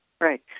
right